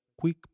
quick